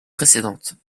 précédentes